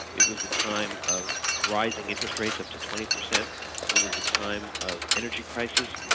it was a time of rising interest rates up to twenty percent it was a time of energy crisis,